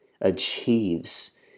achieves